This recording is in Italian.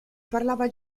parlava